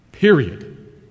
Period